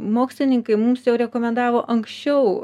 mokslininkai mums jau rekomendavo anksčiau